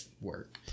work